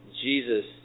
Jesus